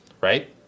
right